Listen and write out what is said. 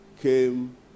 Came